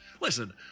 Listen